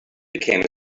became